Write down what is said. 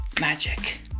magic